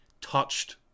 touched